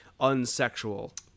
unsexual